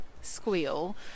squeal